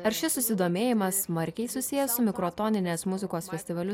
ar šis susidomėjimas smarkiai susiję su mikrotoninės muzikos festivaliu